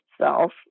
self